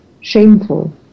shameful